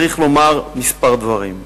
צריך לומר כמה דברים: